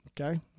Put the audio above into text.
Okay